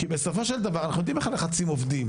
כי בסופו של דבר אנחנו יודעים איך הלחצים עובדים.